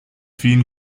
vielen